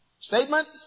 statement